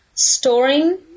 storing